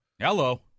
Hello